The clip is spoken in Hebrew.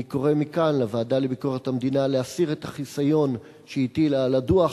אני קורא מכאן לוועדה לביקורת המדינה להסיר את החיסיון שהטילה על הדוח.